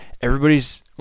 everybody's